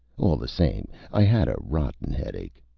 all the same. i had a rotten headache.